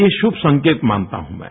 ये शुभ संकेत मानता हूं मैं